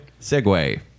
Segue